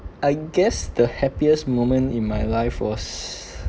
I guess the happiest moment in my life was